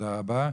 תודה רבה.